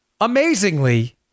Amazingly